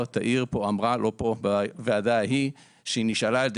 מעבר לפער של